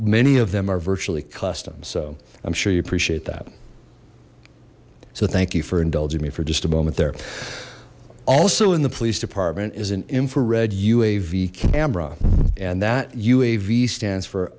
many of them are virtually custom so i'm sure you appreciate that so thank you for indulging me for just a moment they're also in the police department is an infrared uav camera that uav stands for